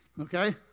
Okay